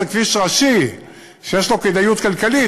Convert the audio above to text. זה כביש ראשי שיש לו כדאיות כלכלית,